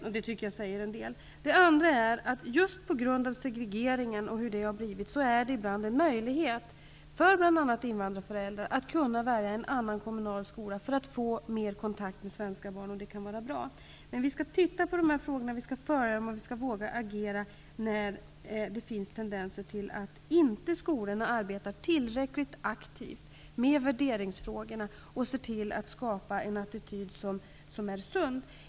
Jag tycker att detta säger en hel del. Just på grund av segregeringen är det ibland en möjlighet för bl.a. invandrarföräldrarna att kunna välja en annan kommunal skola för att deras barn skall få mer kontakt med svenska barn. Det kan vara bra. Vi skall titta på dessa frågor och följa upp dem. Vi skall våga agera när det finns tendenser till att skolorna inte arbetar tillräckligt aktivt med värderingsfrågorna och se till att skapa en attityd som är sund.